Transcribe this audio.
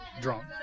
drunk